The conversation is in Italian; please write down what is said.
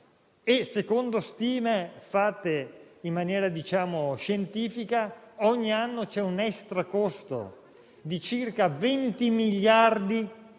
Secondo stime fatte in maniera scientifica, ogni anno c'è un extra-costo di circa 20 miliardi di euro